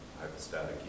hypostatic